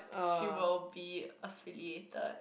she will be affiliated